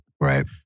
Right